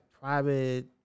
private